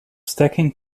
stacking